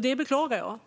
Det beklagar jag.